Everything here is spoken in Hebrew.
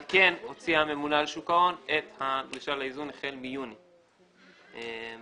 על כן הוציאה הממונה על שוק ההון את הרישיון לאיזון החל מיוני הקרוב,